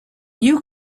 you